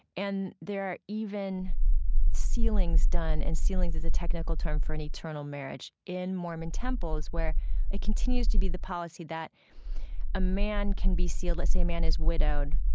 and there are even sealings done. and sealings is a technical term for an eternal marriage in mormon temples where it continues to be the policy that a man can be sealed. let's say a man is widowed.